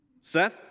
Seth